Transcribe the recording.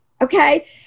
Okay